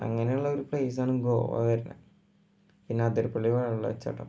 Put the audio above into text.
അങ്ങനെ ഉള്ളൊരു പ്ലേസ് ആണ് ഗോവ വരണേ പിന്നെ അതിരപ്പള്ളി വെള്ളച്ചാട്ടം